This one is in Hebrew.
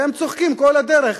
והם צוחקים כל הדרך